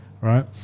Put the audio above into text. right